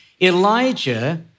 Elijah